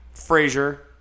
Frazier